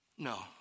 No